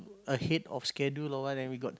a hit of schedule or what then we got